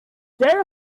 there